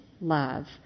love